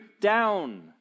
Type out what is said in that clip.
down